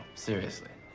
seriously.